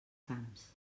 camps